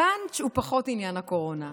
הפאנץ' הוא פחות עניין הקורונה,